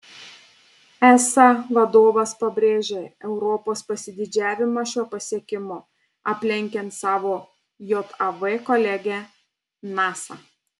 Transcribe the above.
esa vadovas pabrėžė europos pasididžiavimą šiuo pasiekimu aplenkiant savo jav kolegę nasa